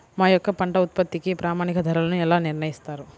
మా యొక్క పంట ఉత్పత్తికి ప్రామాణిక ధరలను ఎలా నిర్ణయిస్తారు?